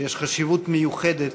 שיש חשיבות מיוחדת,